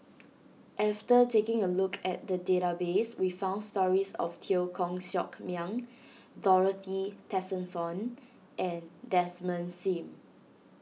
after taking a look at the database we found stories of Teo Koh Sock Miang Dorothy Tessensohn and Desmond Sim